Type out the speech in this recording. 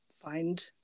find